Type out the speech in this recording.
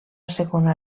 segona